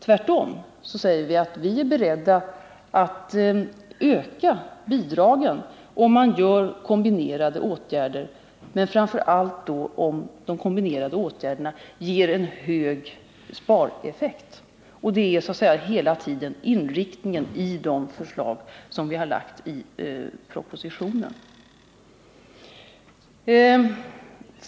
Tvärtom säger vi att vi är beredda att öka bidragen, om man vidtar kombinerade åtgärder och framför allt sådana som ger hög spareffekt. Det är hela tiden inriktningen i de förslag som lagts i propositionen.